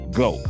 go